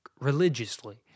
religiously